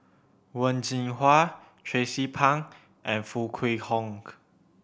Wen Jinhua Tracie Pang and Foo Kwee Horng